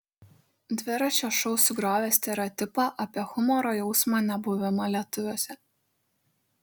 dviračio šou sugriovė stereotipą apie humoro jausmą nebuvimą lietuviuose